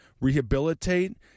rehabilitate